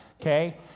Okay